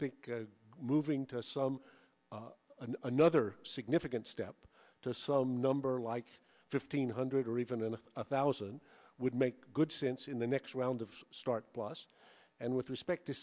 think moving to some another significant step to some number like fifteen hundred or even a thousand would make good sense in the next round of start plus and with respect to